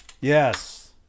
yes